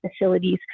facilities